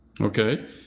Okay